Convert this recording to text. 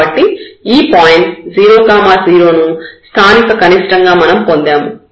కాబట్టి ఈ పాయింట్ 0 0 ను స్థానిక కనిష్టంగా మనం పొందాము